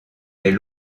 des